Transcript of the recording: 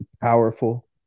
powerful